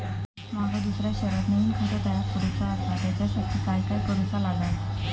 माका दुसऱ्या शहरात नवीन खाता तयार करूचा असा त्याच्यासाठी काय काय करू चा लागात?